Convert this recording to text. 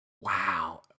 Wow